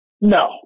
No